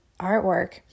artwork